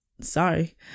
sorry